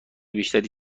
بیشتری